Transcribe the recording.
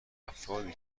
افرادی